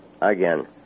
again